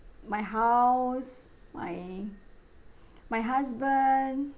my house my my husband